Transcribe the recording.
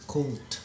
Cold